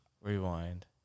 rewind